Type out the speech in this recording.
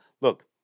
look